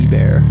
Bear